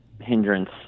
hindrance